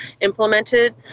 implemented